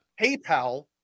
PayPal